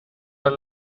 are